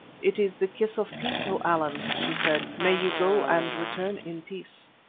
it is the kiss of peace, o allan, she said. may you go and return in peace.